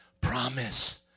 promise